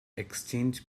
exchange